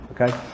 Okay